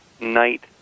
night